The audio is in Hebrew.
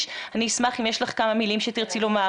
אני אשמח אם יש לך כמה מילים שתרצי לומר,